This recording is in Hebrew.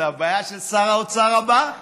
זה הבעיה של שר האוצר הבא.